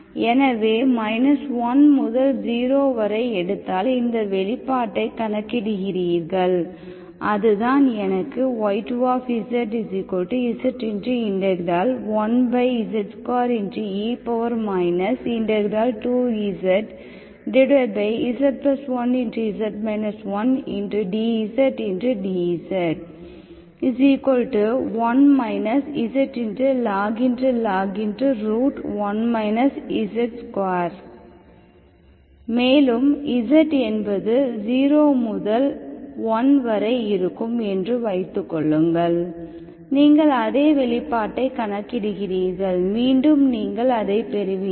எனவே 1 முதல் 0 வரை எடுத்தால் இந்த வெளிப்பாட்டைக் கணக்கிடுகிறீர்கள் அதுதான் எனக்கு y2zz 1z2e 2zz1z 1dzdz1 zlog 1 z2 மேலும் z என்பது 0 முதல் 1 வரை இருக்கும் என்று வைத்துக்கொள்ளுங்கள் நீங்கள் அதே வெளிப்பாட்டைக் கணக்கிடுகிறீர்கள் மீண்டும் நீங்கள் அதைப் பெறுவீர்கள்